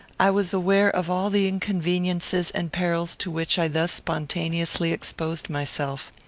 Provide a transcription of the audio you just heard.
i was aware of all the inconveniences and perils to which i thus spontaneously exposed myself.